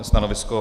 Stanovisko?